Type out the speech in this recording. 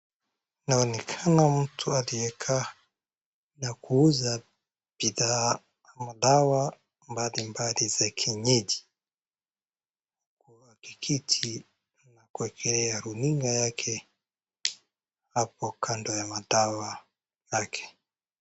Inaonekana mtu aliyekaa na kuuza bidhaa madawa mbalimbali za kienyeji. Wakiketi kuangalia runinga yake hapo kando ya madawa yake.